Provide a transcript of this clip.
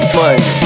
money